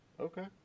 Okay